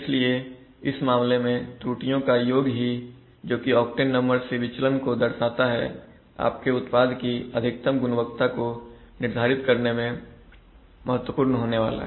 इसलिए इस मामले में त्रुटियों का योग ही जोकि ऑक्टेन नंबर से विचलन को दर्शाता है आपके उत्पाद की अंतिम गुणवत्ता को निर्धारित करने में महत्वपूर्ण होने वाला है